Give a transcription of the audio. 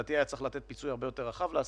לדעתי היה צריך לתת פיצוי הרבה יותר רחב לעסקים,